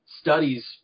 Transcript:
studies